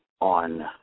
on